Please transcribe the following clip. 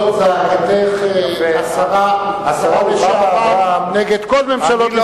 זו דאגתך, השרה לשעבר, נגד כל ממשלות ישראל.